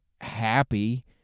happy